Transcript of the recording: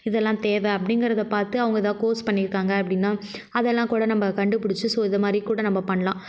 இதெலாம் தேவை அப்படிங்கறத பார்த்து அவங்க எதாவது கோர்ஸ் பண்ணியிருக்காங்க அப்படினா அதெலாம் கூட நம்ம கண்டுபிடிச்சி ஸோ இது மாதிரி கூட நம்ம பண்ணலாம்